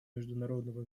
международного